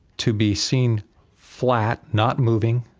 to be seen flat, not moving,